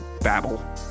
babble